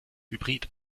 hybrid